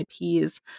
IPs